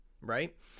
right